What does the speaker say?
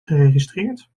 geregistreerd